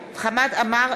חוקק את חוק המזונות,